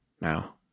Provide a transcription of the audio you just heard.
now